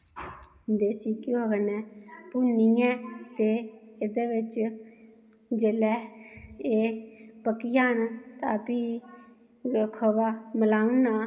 देस्सी घ्यौऐ कन्नै भुन्नियैं ते एह्दै बिच्च जेल्लै एह् पक्कि'जान तां फ्ही खोआ मलाई ओड़ना